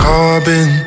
Carbon